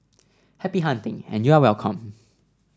happy hunting and you are welcome